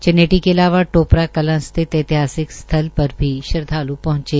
चनेटी के अलावा टोपरा कलां स्थित ऐतिहासिक स्थल पर भी श्रद्वाल् पहंचे